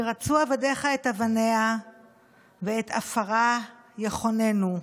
כי רצו עבדיך את אבניה ואת עפרה יחננו".